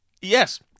Yes